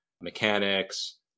Mechanics